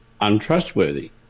untrustworthy